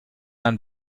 ein